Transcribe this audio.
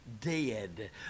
dead